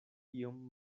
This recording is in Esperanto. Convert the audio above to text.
iom